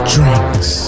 Drinks